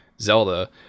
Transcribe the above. Zelda